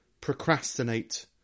procrastinate